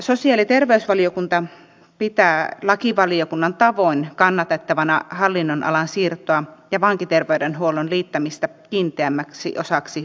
sosiaali ja terveysvaliokunta pitää lakivaliokunnan tavoin kannatettavana hallinnonalan siirtoa ja vankiterveydenhuollon liittämistä kiinteämmäksi osaksi yleistä terveydenhuoltoa